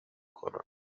کنم